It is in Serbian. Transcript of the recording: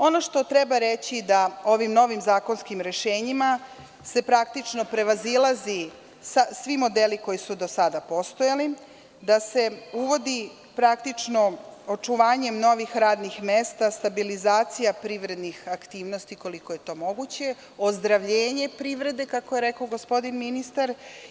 Ono što treba reći da ovim novim zakonskim rešenjima se praktično prevazilaze svi modeli koji su do sada postojali, da se uvodi praktično očuvanje novih radnih mesta, stabilizacija privrednih aktivnosti koliko je to moguće, ozdravljenje privrede, kako je rekao gospodin ministar.